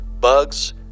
bugs